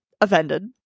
offended